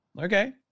Okay